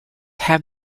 have